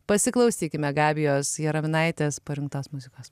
pasiklausykime gabijos jaraminaitės parinktos muzikos